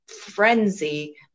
frenzy